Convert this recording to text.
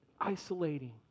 isolating